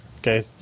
Okay